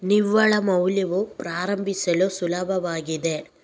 ನಿವ್ವಳ ಮೌಲ್ಯವು ಪ್ರಾರಂಭಿಸಲು ಸುಲಭವಾಗಿದೆ